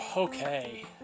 Okay